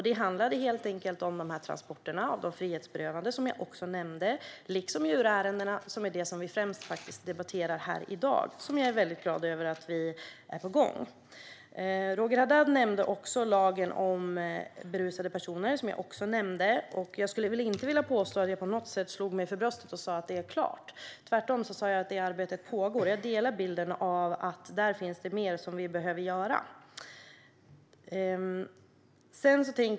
Det handlar om transporter av frihetsberövade, som jag nämnde, liksom djurärendena, som är det som vi främst debatterar här i dag och som glädjande nog är på gång. Roger Haddad nämnde också lagen om berusade personer, som jag också nämnde. Jag skulle inte vilja påstå att jag på något sätt slog mig för bröstet och sa att det är klart. Tvärtom sa jag att arbetet pågår. Jag delar bilden att där finns mer som behöver göras.